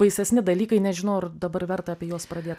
baisesni dalykai nežinau ar dabar verta apie juos pradėt